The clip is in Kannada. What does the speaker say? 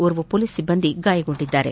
ಓರ್ವ ಮೊಲೀಸ್ ಸಿಬ್ಬಂದಿ ಗಾಯಗೊಂಡಿದ್ದಾರೆ